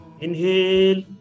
Inhale